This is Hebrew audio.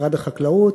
משרד החקלאות.